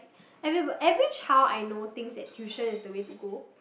everybody every child I know thinks that tuition is the way to go